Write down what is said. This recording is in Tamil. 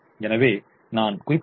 எனவே நான் குறிப்பிட்டது போல்